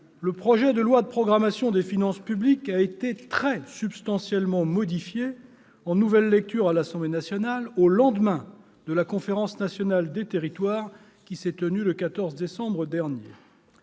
le projet de loi de programmation des finances publiques a été très substantiellement modifié en nouvelle lecture à l'Assemblée nationale, au lendemain de la Conférence nationale des territoires, qui s'est tenue le 14 décembre dernier.